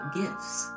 gifts